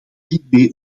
hiermee